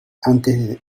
antes